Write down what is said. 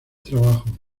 trabajo